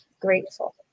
grateful